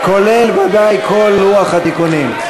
כולל ודאי כל לוח התיקונים.